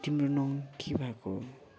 तिम्रो नङ के भएको